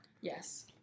Yes